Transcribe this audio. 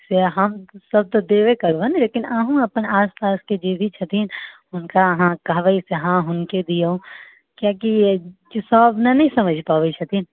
से हम सब तऽ देबे करबनि लेकिन अहूँ अपन आसपासके जे भी छथिन हुनका अहाँ कहबै से हँ हुनके दिऔ किएकि सब नहि ने समझि पबैत छथिन